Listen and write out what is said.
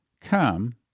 Come